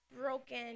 broken